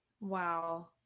Wow